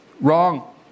wrong